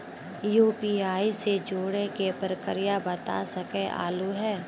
UPI से जुड़े के प्रक्रिया बता सके आलू है?